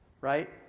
right